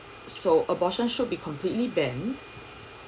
so abortion should be completely banned